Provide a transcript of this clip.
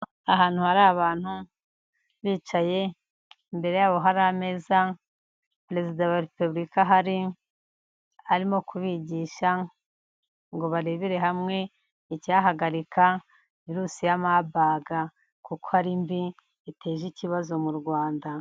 Ahantu hari abantu bicaye imbere yabo hari ameza, perezida wa repubulika ahari arimo kubigisha ngo barebere hamwe icyahagarika virusi ya mabaga kuko ari mbi iteza ikibazo mu Rwanda.